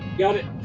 got it.